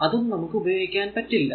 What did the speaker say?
അതും നമുക്ക് ഉപയോഗിക്കാൻ പറ്റിയില്ല